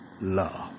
love